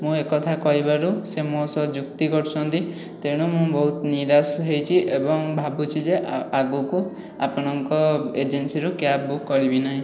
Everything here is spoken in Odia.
ମୁଁ ଏକଥା କହିବାରୁ ସେ ମୋ' ସହିତ ଯୁକ୍ତି କରୁଛନ୍ତି ତେଣୁ ମୁଁ ବହୁତ ନିରାଶ ହୋଇଛି ଏବଂ ଭାବୁଛି ଯେ ଆଗକୁ ଆପଣଙ୍କ ଏଜେନ୍ସିରୁ କ୍ୟାବ ବୁକ କରିବି ନାହିଁ